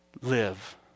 live